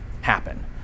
happen